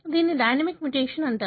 దీనిని dynamic mutation అంటారు